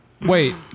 Wait